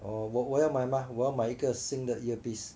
哦我我要买吗我要买一个新的 earpiece